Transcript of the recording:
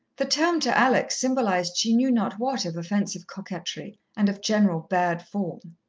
the term, to alex, symbolized she knew not what of offensive coquetry, and of general bad form.